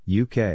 uk